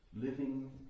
living